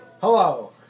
Hello